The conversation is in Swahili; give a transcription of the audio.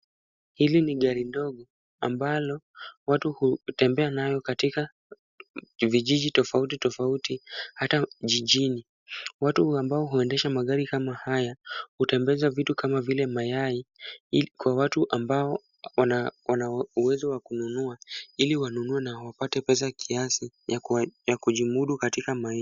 Hili ni gari ndogo ambalo watu hutembea nalo katika vijiji tofauti tofauti hata jijini. Watu ambao huendesha magari kama haya hutembeza vitu kama vile mayai ili kwa watu ambao wanauwezo wa kununua ili wanunue na wapate pesa kiasi ya kujimudu katika maisha.